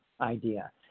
idea